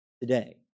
today